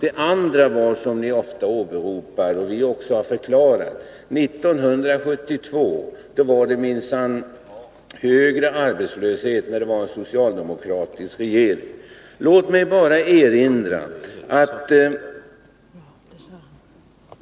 En annan sak som ni ofta framhåller — men som vi förklarat — är att det 1972, under den socialdemokratiska regeringens tid, minsann var högre arbetslöshet.